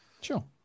Sure